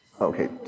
Okay